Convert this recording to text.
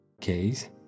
case